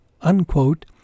unquote